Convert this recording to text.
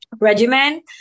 regimen